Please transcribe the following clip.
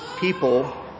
people